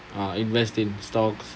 uh invest in stocks